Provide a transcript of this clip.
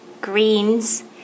greens